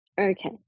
Okay